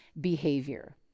behavior